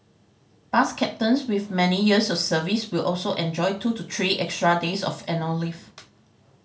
bus captains with manye years of service will also enjoy two to three extra days of annual leave